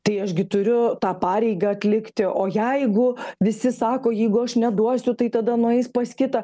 tai aš gi turiu tą pareigą atlikti o jeigu visi sako jeigu aš neduosiu tai tada nueis pas kitą